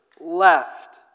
left